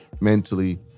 mentally